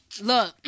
look